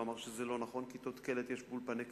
והוא אמר שזה לא נכון: כיתות קלט יש באולפני קליטה,